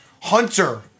Hunter